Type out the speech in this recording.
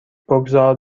بگذار